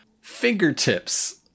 fingertips